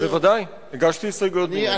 בוודאי, הגשתי הסתייגויות בעניין זה.